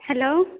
hello